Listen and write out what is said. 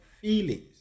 feelings